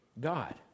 God